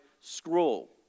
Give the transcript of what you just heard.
scroll